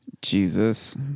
jesus